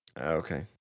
Okay